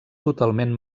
totalment